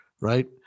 Right